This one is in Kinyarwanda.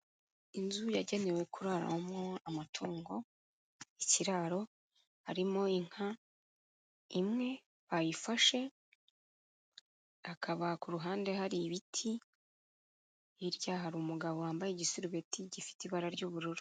Inzu yagenewe kuraramo amatungo, ikiraro, harimo inka imwe bayifashe, hakaba ku ruhande hari ibiti, hirya hari umugabo wambaye igisurubeti gifite ibara ry'ubururu.